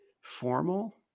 formal